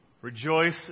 Rejoice